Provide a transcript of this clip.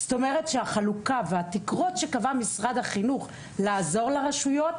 זאת אומרת שהחלוקה והתקרות שקבע משרד החינוך לעזור לרשויות,